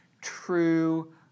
true